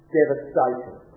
devastation